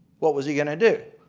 what was he going to do?